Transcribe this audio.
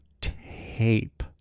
tape